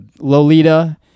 Lolita